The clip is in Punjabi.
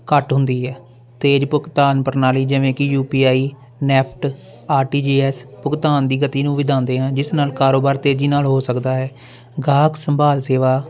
ਘੱਟ ਹੁੰਦੀ ਹੈ ਤੇਜ਼ ਭੁਗਤਾਨ ਪ੍ਰਣਾਲੀ ਜਿਵੇਂ ਕਿ U P I NEFT R T G S ਭੁਗਤਾਨ ਦੀ ਗਤੀ ਨੂੰ ਵਧਾਉਂਦੇ ਹਾਂ ਜਿਸ ਨਾਲ ਕਾਰੋਬਾਰ ਤੇਜ਼ੀ ਨਾਲ ਹੋ ਸਕਦਾ ਹੈ ਗਾਹਕ ਸੰਭਾਲ ਸੇਵਾ